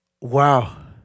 Wow